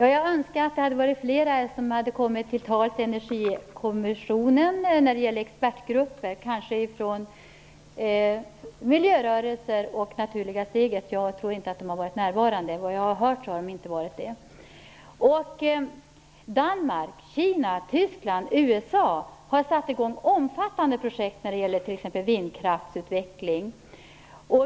Herr talman! Jag önskar att flera hade kommit till tals i Energikommissionens expertgrupper, kanske från miljörörelser och Naturliga steget. Vad jag har hört, har de inte varit närvarande. Danmark, Kina, Tyskland och USA har satt i gång omfattande projekt när det gäller t.ex. vindkraftsutveckling.